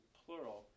plural